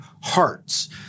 hearts